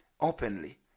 openly